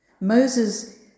Moses